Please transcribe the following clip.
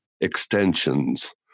extensions